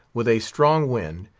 with a strong wind,